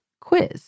quiz